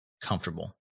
comfortable